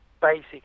basic